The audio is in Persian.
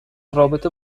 رابطه